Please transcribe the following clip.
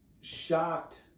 shocked